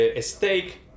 steak